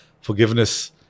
forgiveness